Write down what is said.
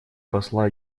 посла